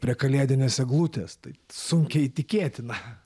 prie kalėdinės eglutės tai sunkiai tikėtina